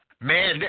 man